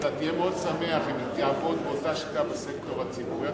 אתה תהיה מאוד שמח אם זה יעבוד באותה שיטה בסקטור הציבורי,